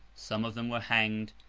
some of them were hanged,